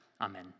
amen